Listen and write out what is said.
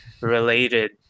related